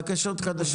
בקשות חדשות לא.